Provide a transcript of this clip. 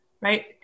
right